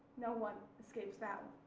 no one escapes that